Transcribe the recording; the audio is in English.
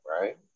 right